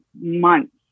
months